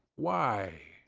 why?